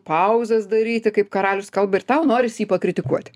pauzes daryti kaip karalius kalba ir tau noris jį pakritikuoti